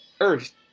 Earth